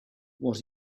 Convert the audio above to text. what